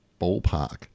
ballpark